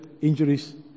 injuries